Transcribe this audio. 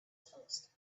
telescope